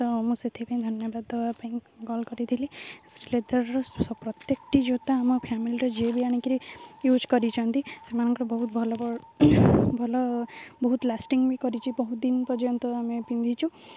ତ ମୁଁ ସେଥିପାଇଁ ଧନ୍ୟବାଦ ଦେବା ପାଇଁ କଲ୍ କରିଥିଲି ଶ୍ରୀଲେଦର୍ର ପ୍ରତ୍ୟେକଟି ଜୁତା ଆମ ଫ୍ୟାମିଲିର ଯିଏ ବି ଆଣିକିରି ୟୁଜ୍ କରିଛନ୍ତି ସେମାନଙ୍କର ବହୁତ ଭଲ ଭଲ ବହୁତ ଲାଷ୍ଟିଂ ବି କରିଛି ବହୁତ ଦିନ ପର୍ଯ୍ୟନ୍ତ ଆମେ ପିନ୍ଧିଛୁ